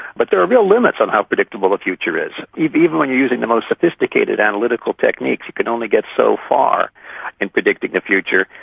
but there are real limits on how predictable the future is. even when you are using the most sophisticated analytical techniques, you can only get so far in predicting the future.